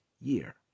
Year